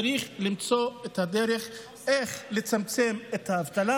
צריך למצוא את הדרך איך לצמצם את האבטלה